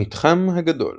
המתחם הגדול